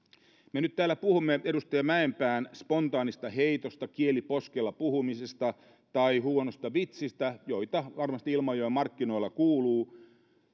me nyt täällä puhumme edustaja mäenpään spontaanista heitosta kieli poskella puhumisesta tai huonosta vitsistä joita varmasti ilmajoen markkinoilla kuuluu